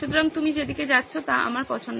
সুতরাং তুমি যে দিকে যাচ্ছো তা আমার পছন্দের